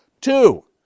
two